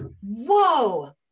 Whoa